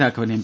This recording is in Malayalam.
രാഘവൻ എം